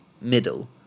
middle